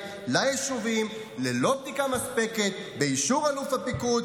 ליישובים ללא בדיקה מספקת באישור אלוף הפיקוד,